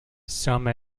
some